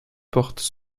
portent